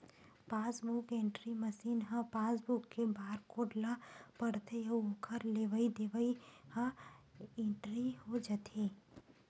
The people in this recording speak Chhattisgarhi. पासबूक एंटरी मसीन ह पासबूक के बारकोड ल पड़थे अउ ओखर लेवई देवई ह इंटरी हो जाथे